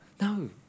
no